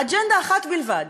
אג'נדה אחת בלבד,